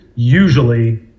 usually